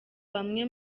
bamwe